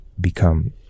become